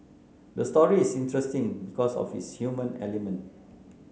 the story is interesting because of its human element